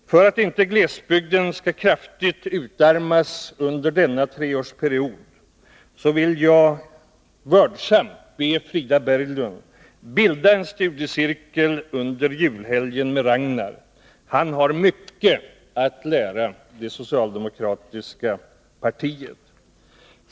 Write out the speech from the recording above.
För att inte glesbygden kraftigt skall utarmas under denna treårsperiod, vill jag vördsamt be Frida Berglund bilda en studiecirkel under julhelgen med Ragnar Lassinantti. Han har mycket att lära det socialdemokratiska partiet.